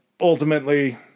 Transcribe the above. ultimately